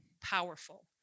powerful